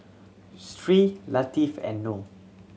Sri Latifa and Noh